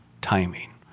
timing